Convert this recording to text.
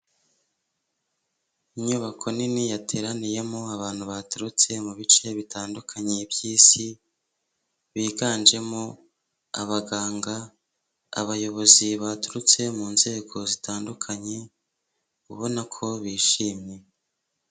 Inyubako nini yateraniyemo abantu baturutse mu bice bitandukanye by'isi, biganjemo abaganga, abayobozi baturutse mu nzego zitandukanye ubona ko bishimye.